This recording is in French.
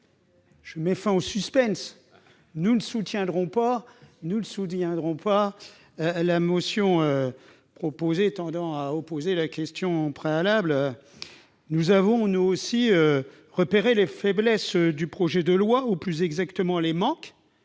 je mets fin au suspense : nous ne soutiendrons pas cette motion tendant à opposer la question préalable. Nous avons, nous aussi, repéré les faiblesses du projet de loi- ou plus exactement les manques